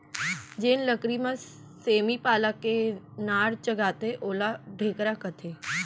जेन लकरी म सेमी पाला के नार चघाथें ओला ढेखरा कथें